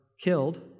killed